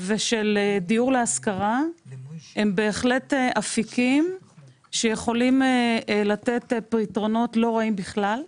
ושל דיור להשכרה הם בהחלט אפיקים שיכולים לתת פתרונות לא רעים בכלל.